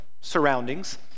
surroundings